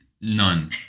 None